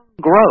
growth